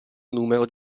numero